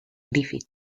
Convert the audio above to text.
griffith